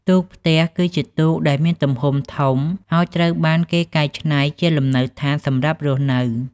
ទូកផ្ទះ គឺជាទូកដែលមានទំហំធំ ហើយត្រូវបានគេកែច្នៃជាលំនៅដ្ឋានសម្រាប់រស់នៅ។